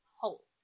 host